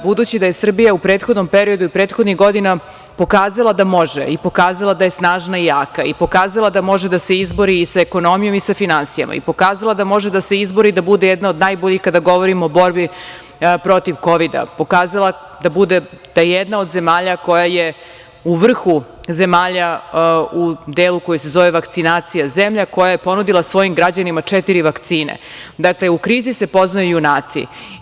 Budući da je Srbija u prethodnom periodu i prethodnih godina pokazala da može i pokazala da je snažna i jaka i pokazala da može da se izbori sa ekonomijom i sa finansijama i pokazala da može da se izbori da bude jedna od najboljih kada govorimo o borbi protiv Kovida, pokazala da je jedna od zemalja koja je u vrhu zemalja u delu koji se zove vakcinacija, zemlja koja je ponudila svojim građanima četiri vakcine, dakle u krizi se poznaju junaci.